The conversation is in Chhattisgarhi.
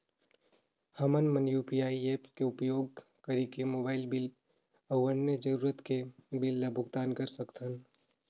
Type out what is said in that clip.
हमन मन यू.पी.आई ऐप्स के उपयोग करिके मोबाइल बिल अऊ अन्य जरूरत के बिल ल भुगतान कर सकथन